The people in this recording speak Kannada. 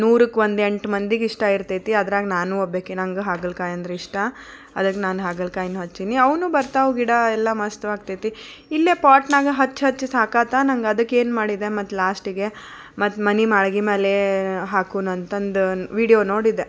ನೂರಕ್ಕೆ ಒಂದು ಎಂಟು ಮಂದಿಗೆ ಇಷ್ಟ ಇರ್ತೈತಿ ಅದ್ರಾಗ ನಾನು ಒಬ್ಬಾಕೆ ನಂಗೆ ಹಾಗಲಕಾಯಿ ಅಂದರೆ ಇಷ್ಟ ಅದಕ್ಕೆ ನಾನು ಹಾಗಲಕಾಯ್ನೂ ಹಚ್ಚೀನಿ ಅವೂ ಬರ್ತಾವೆ ಗಿಡ ಎಲ್ಲ ಮಸ್ತ್ ಆಗ್ತೈತಿ ಇಲ್ಲೇ ಪಾಟ್ನಾಗ ಹಚ್ಚಿ ಹಚ್ಚಿ ಸಾಕತಾ ನಂಗೆ ಅದಕೇನ್ಮಾಡಿದೆ ಮತ್ತು ಲಾಸ್ಟಿಗೆ ಮತ್ತು ಮನೆ ಮಾಳ್ಗೆ ಮೇಲೆ ಹಾಕೋಣ ಅಂತಂದು ವೀಡಿಯೊ ನೋಡಿದೆ